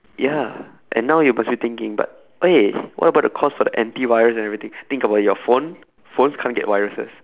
ya and now you're possibly thinking but !hey! what about the cost for the antivirus and everything think about it your phone phones can't get viruses